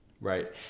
right